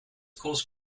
caused